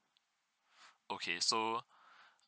okay so